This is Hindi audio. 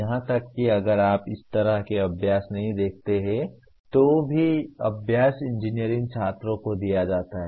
यहां तक कि अगर आप इस तरह के अभ्यास नहीं देखते हैं तो भी यह अभ्यास इंजीनियरिंग छात्रों को दिया जाता है